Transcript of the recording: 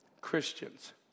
Christians